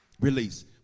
release